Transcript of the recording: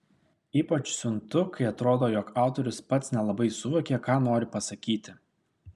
ypač siuntu kai atrodo jog autorius pats nelabai suvokė ką nori pasakyti